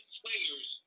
players